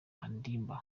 ondimba